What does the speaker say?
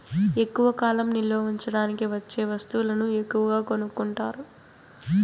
ఎక్కువ కాలం నిల్వ ఉంచడానికి వచ్చే వస్తువులను ఎక్కువగా కొనుక్కుంటారు